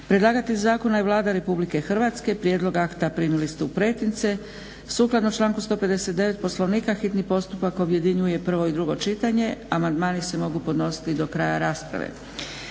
Predlagatelj zakona je Vlada RH. Prijedlog akta primili ste u pretince. Sukladno članku 159. Poslovnika hitni postupak objedinjuje prvo i drugo čitanje. Amandmani se mogu podnositi do kraja rasprave.